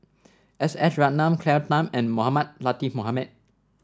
S S Ratnam Claire Tham and Mohamed Latiff Mohamed